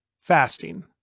Fasting